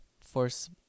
force